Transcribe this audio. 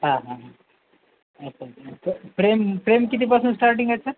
हा हा हा अच्छा प्र प्रेम प्रेम किती पासून स्टार्टिंग सर